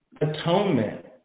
atonement